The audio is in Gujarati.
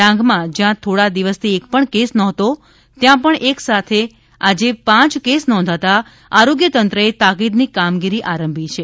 ડાંગમાં જ્યાં થોડા દિવસથી એક પણ કેસ નહોતો ત્યાં એક સાથે પાંચ કેસ નોંધાતા આરોગ્ય તંત્રએ તાકીદની કામગીરી આરંભી છે